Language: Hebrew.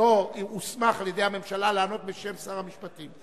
והוא לא הוסמך על-ידי הממשלה לענות בשם שר המשפטים,